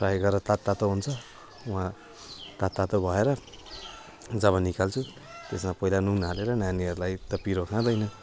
fry गरेर ताततातो हुन्छ वहाँ ताततातो भएर जब निकाल्छु त्यसमा पहिला नुन हालेर नानीहरूलाई पिरो त खाँदैन